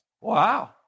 Wow